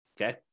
Okay